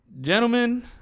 Gentlemen